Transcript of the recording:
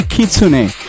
Kitsune